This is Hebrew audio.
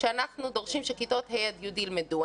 שאנחנו דורשים שכיתות ה' י' ילמדו.